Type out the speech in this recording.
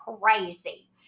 crazy